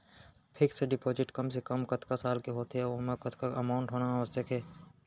Fix deposit कम से कम कतका साल के होथे ऊ ओमा कतका अमाउंट होना आवश्यक हे?